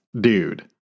dude